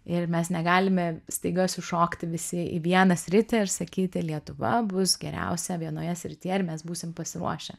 ir mes negalime staiga sušokti visi į vieną sritį ir sakyti lietuva bus geriausia vienoje srityje ir mes būsim pasiruošę